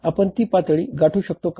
आपण ती पातळी गाठू शकतो का